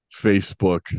Facebook